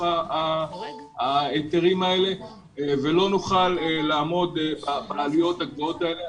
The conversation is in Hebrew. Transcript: ההיתרים האלה ולא נוכל לעמוד בעלויות הגבוהות האלה.